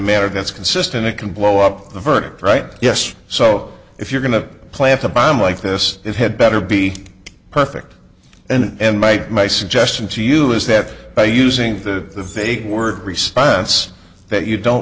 manner that's consistent it can blow up the verdict right yes so if you're going to plant a bomb like this it had better be perfect and made my suggestion to you is that by using the the vague word response that you don't